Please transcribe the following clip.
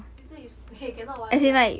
later they cannot [what]